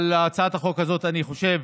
אבל הצעת החוק הזאת, אני חושב